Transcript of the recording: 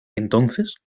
entonces